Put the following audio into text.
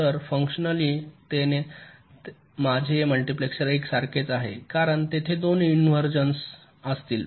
तर फुन्कशनली तेने माझे मल्टिप्लेसर एकसारखेच आहे कारण तेथे दोन इन्व्हर्जन्स असतील